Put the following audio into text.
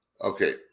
okay